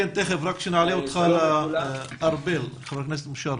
שלום לכולם, בוקר טוב.